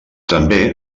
també